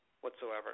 whatsoever